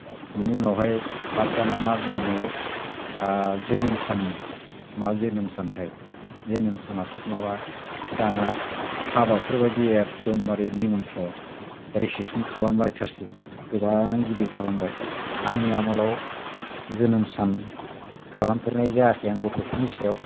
बिनि उनावहाय हाब दाना मा दङमोनलाय ओ जोनोम साननो मा जोनोम सानथाय जोनोम सानाथ' माबा दाना हाबाफोरबायदि एकदमबारे निमनथ्रन रिसेपसन खालामलायथारसै गोबां गिदिर खालामबाय आंनि आमोलाव जोनोम सान खालामफेरनाय जायाखै आं गथ'फोरनि सायाव